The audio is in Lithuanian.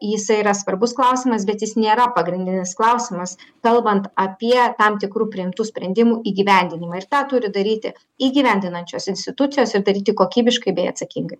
jisai yra svarbus klausimas bet jis nėra pagrindinis klausimas kalbant apie tam tikrų priimtų sprendimų įgyvendinimą ir tą turi daryti įgyvendinančios institucijos ir daryti kokybiškai bei atsakingai